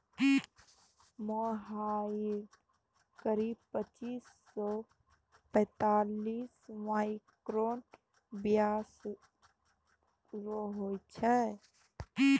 मोहायिर fibre करीब पच्चीस सॅ पैतालिस माइक्रोन व्यास के होय छै